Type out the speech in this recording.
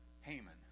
Haman